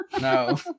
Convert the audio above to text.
No